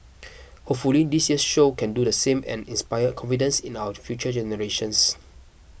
hopefully this year's show can do the same and inspire confidence in our future generations